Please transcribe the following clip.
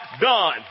done